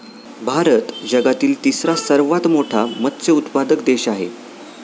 भारत जगातील तिसरा सर्वात मोठा मत्स्य उत्पादक देश आहे